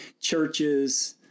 churches